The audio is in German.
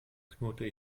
knurrte